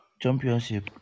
Championship